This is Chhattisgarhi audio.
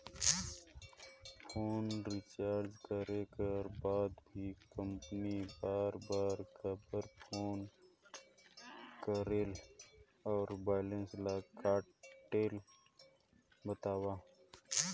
फोन रिचार्ज करे कर बाद भी कंपनी बार बार काबर फोन करेला और बैलेंस ल काटेल बतावव?